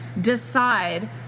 decide